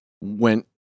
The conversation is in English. went